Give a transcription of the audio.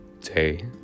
day